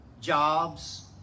jobs